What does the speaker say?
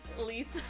Lisa